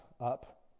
up